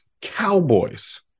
Cowboys